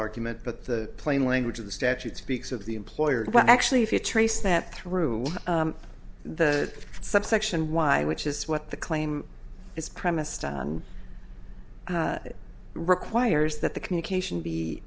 argument but the plain language of the statute speaks of the employer but actually if you trace that through the subsection y which is what the claim is premised on it requires that the communication be